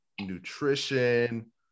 nutrition